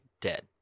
dead